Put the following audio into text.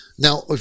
Now